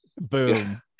Boom